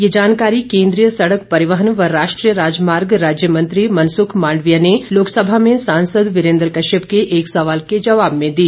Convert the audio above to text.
ये जानकारी केंद्रीय सड़क परिवहन व राष्ट्रीय राजमार्ग राज्य मंत्री मनसुख मांडविया ने लोकसभा में सांसद वीरेन्द्र कश्यप के एक सवाल के जवाब में दी